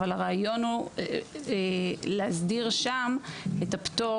אבל הרעיון הוא להסדיר שם את הפטור